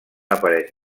apareix